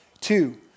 Two